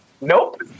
nope